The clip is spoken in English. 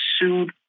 sued